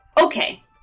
okay